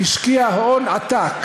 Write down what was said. השקיע הון עתק